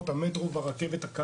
הרוסים.